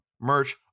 merch